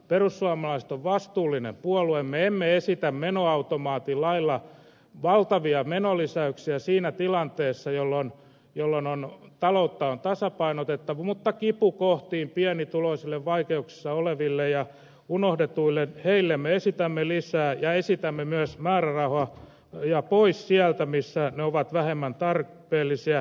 perussuomalaiset on vastuullinen puolue me emme esitä menoautomaatin lailla valtavia menolisäyksiä siinä tilanteessa jolloin taloutta on tasapainotettava mutta kipukohtiin pienituloisille vaikeuksissa oleville ja unohdetuille heille me esitämme lisää ja esitämme myös määrärahoja pois sieltä missä ne ovat vähemmän tarpeellisia